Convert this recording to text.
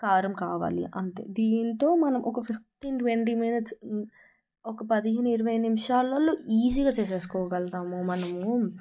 కారం కావాలి అంతే దీంతో మనకొక ఫిఫ్టీన్ ట్వంటీ మినిట్స్ ఒక పదిహేను ఇరవై నిమిషాలలో ఈజీగా చేసేసుకోగలగుతాము మనము